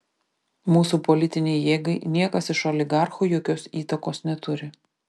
mūsų politinei jėgai niekas iš oligarchų jokios įtakos neturi